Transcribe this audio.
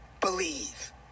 believe